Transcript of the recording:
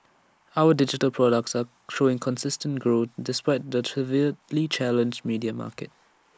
our digital products are showing consistent growth despite the severely challenged media market